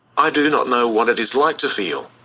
i do not know what it is like to feel.